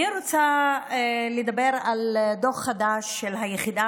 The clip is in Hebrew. אני רוצה לדבר על דוח חדש של היחידה